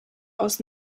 aus